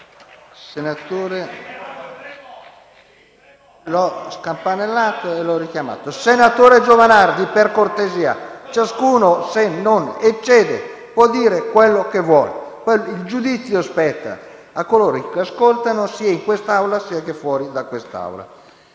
Senatore Giovanardi, per cortesia, ciascuno, se non eccede, può dire quello che vuole. Il giudizio spetta poi a coloro che ascoltano, sia all'interno di quest'Aula